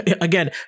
again